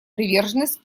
приверженность